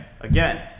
Again